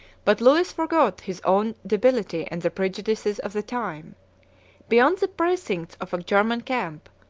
but lewis forgot his own debility and the prejudices of the times beyond the precincts of a german camp,